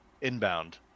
inbound